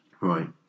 Right